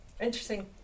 Interesting